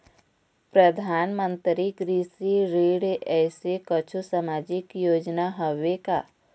परधानमंतरी कृषि ऋण ऐसे कुछू सामाजिक योजना हावे का?